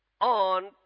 on